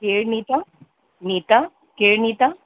केरु मीटा मीटा केरु मीटा